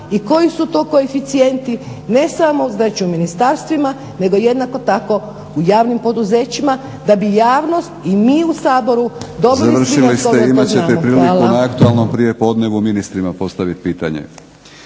i koji su to koeficijenti ne samo, znači u ministarstvima nego jednako tako u javnim poduzećima da bi javnost i mi u Saboru … **Batinić, Milorad